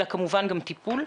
אלא כמובן גם טיפול.